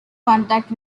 contact